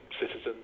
citizens